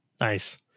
Nice